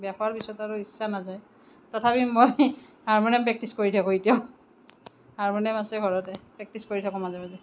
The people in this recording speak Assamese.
বেকৰ পিছত আৰু ইচ্ছা নাযায় তথাপি মই হাৰমনিয়াম প্ৰেক্টিচ কৰি থাকোঁ এতিয়াও হাৰমনিয়াম আছে ঘৰতে প্ৰেক্টিচ কৰি থাকোঁ মাজে মাজে